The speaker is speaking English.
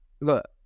Look